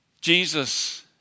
Jesus